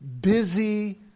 busy